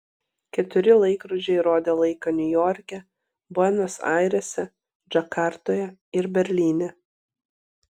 keturi laikrodžiai rodė laiką niujorke buenos airėse džakartoje ir berlyne